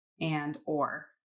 and/or